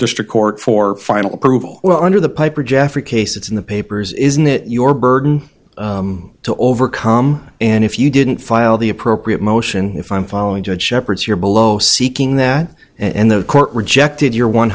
district court for final approval well under the piper jaffrey case it's in the papers isn't it your burden to overcome and if you didn't file the appropriate motion if i'm following judge shepard's you're below seeking that in the court rejected your one